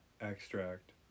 extract